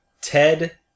Ted